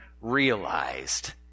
realized